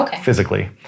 physically